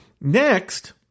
Next